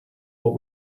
what